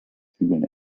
bügeln